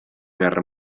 guerra